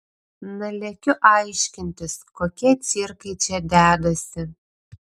na lekiu aiškintis kokie cirkai čia dedasi